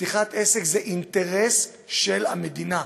פתיחת עסק זה אינטרס של המדינה,